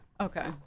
Okay